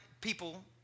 people